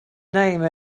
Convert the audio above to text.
name